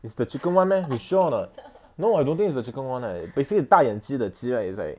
is the chicken [one] meh you sure or not no I don't think is the chicken [one] eh when you say the 大眼鸡 the 鸡 right is like